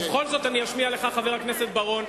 ובכל זאת אני אשמיע לך, חבר הכנסת בר-און.